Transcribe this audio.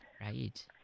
Right